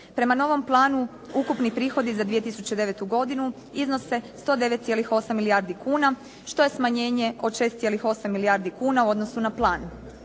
Prema novom planu ukupni prihodi za 2009. godinu iznose 109.8 milijardi kuna, što je smanjenje od 6,8 milijardi kuna u odnosu na plan.